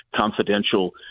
confidential